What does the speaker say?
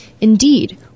Indeed